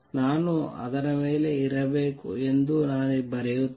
ನಾನು ಅದರ ಮೇಲೆ ಇರಬೇಕು ಎಂದು ನಾನು ಬರೆಯುತ್ತೇನೆ